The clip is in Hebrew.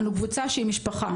אנו קבוצה שהיא משפחה,